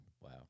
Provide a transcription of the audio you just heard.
Wow